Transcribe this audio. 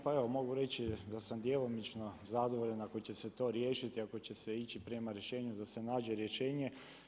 Pa evo mogu reći da sam djelimično zadovoljan ako će se to riješiti, ako će se ići prema rješenju da se nađe rješenje.